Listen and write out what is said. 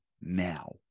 now